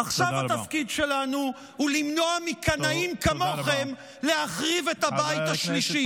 עכשיו התפקיד שלנו הוא למנוע מקנאים כמוכם להחריב את הבית השלישי.